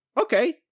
okay